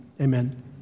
Amen